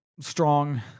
strong